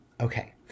okay